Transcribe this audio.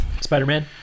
spider-man